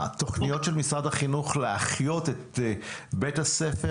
התוכניות של משרד החינוך להחיות את בתי הספר,